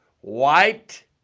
white